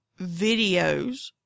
videos